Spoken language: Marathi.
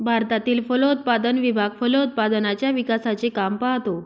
भारतातील फलोत्पादन विभाग फलोत्पादनाच्या विकासाचे काम पाहतो